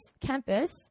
campus